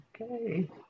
Okay